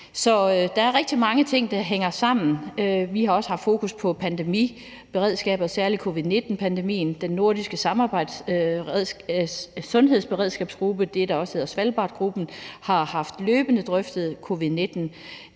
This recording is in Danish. der er rigtig mange ting, der hænger sammen. Vi har også haft fokus på pandemiberedskabet og særlig covid-19-pandemien. Den nordiske sundhedsberedskabsgruppe, som også hedder Svalbardgruppen, har løbende drøftet covid-19